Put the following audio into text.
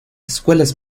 escuelas